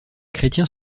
chrétiens